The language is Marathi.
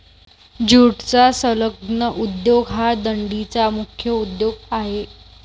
ज्यूटचा संलग्न उद्योग हा डंडीचा मुख्य उद्योग आहे